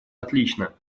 отлично